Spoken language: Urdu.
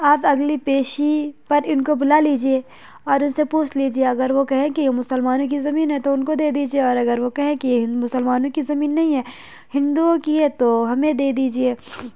آپ اگلی پیشی پر ان کو بلا لیجیے اور ان سے پوچھ لیجیے اگر وہ کہیں کہ مسلمانوں کی زمین ہے تو ان کو دے دیجیے اور اگر وہ کہیں کی مسلمانوں کی زمین نہیں ہے ہندوؤں کی ہے تو ہمیں دے دیجیے